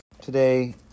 Today